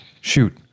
Shoot